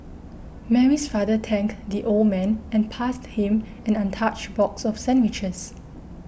Mary's father thanked the old man and passed him an untouched box of sandwiches